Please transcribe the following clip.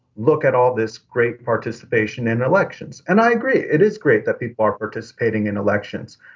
look at all this great participation in elections. and i agree, it is great that people are participating in elections.